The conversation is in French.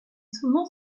souvent